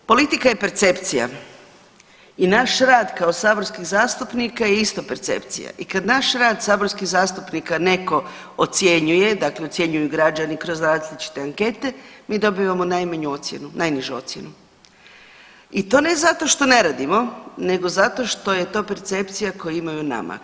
Politika je percepcija i naš rad kao saborskih zastupnika je isto percepcija i kad naš rad saborskih zastupnika neko ocjenjuje, dakle ocjenjuju građani kroz različite ankete mi dobivamo najmanju ocjenu, najnižu ocjenu i to ne zato što ne radimo nego zato što je to percepcija koju imaju o nama.